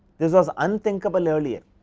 this was un thinkable earlier